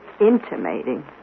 Intimating